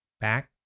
back